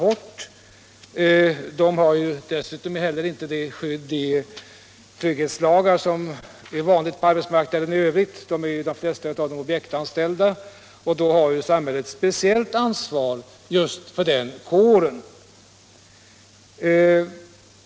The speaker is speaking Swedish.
Byggnadsarbetarna har heller inte det skydd i trygghetslagar som vanligtvis är fallet på marknaden i övrigt. De flesta av dem är objektanställda, och därför har samhället speciellt ansvar just för den kåren.